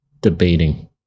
debating